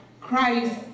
Christ